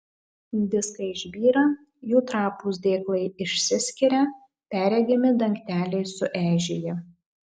diskai išbyra jų trapūs dėklai išsiskiria perregimi dangteliai sueižėja